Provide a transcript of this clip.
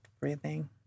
breathing